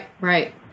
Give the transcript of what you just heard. right